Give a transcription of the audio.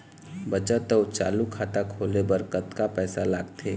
बचत अऊ चालू खाता खोले बर कतका पैसा लगथे?